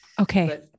Okay